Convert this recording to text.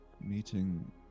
meeting